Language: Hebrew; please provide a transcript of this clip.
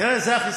זה החיסכון.